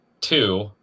two